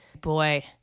Boy